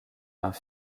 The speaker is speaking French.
mains